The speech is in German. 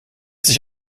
sich